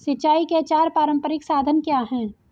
सिंचाई के चार पारंपरिक साधन क्या हैं?